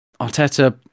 Arteta